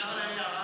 אפשר להעיר הערה,